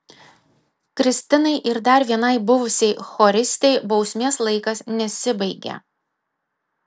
kristinai ir dar vienai buvusiai choristei bausmės laikas nesibaigė